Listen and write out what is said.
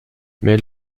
mehr